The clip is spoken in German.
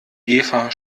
eva